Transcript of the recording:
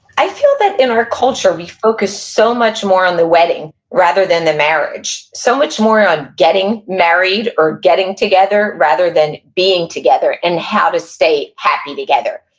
i feel that in our culture we focus so much more on the wedding, rather than the marriage. so much more on getting married or getting together, rather than being together, and how to stay happy together.